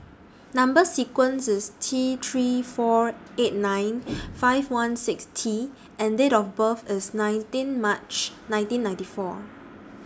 Number sequence IS T three four eight nine five one six T and Date of birth IS nineteen March nineteen ninety four